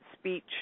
speech